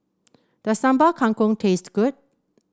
does Sambal Kangkong taste good